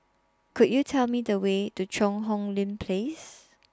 Could YOU Tell Me The Way to Cheang Hong Lim Place